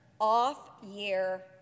off-year